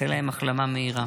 נאחל להם החלמה מהירה.